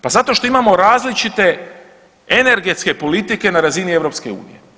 Pa zato što imamo različite energetske politike na razini EU.